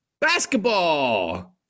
Basketball